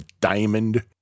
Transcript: diamond